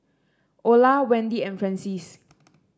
Ola Wendi and Francies